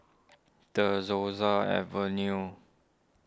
De Souza Avenue